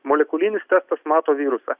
molekulinis testas mato virusą